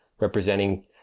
representing